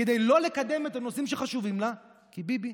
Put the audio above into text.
כדי לא לקדם את הנושאים שחשובים לה, כי ביבי